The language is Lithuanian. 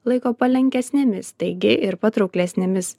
laiko palankesnėmis taigi ir patrauklesnėmis